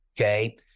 okay